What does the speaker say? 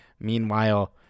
Meanwhile